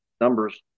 Numbers